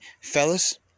Fellas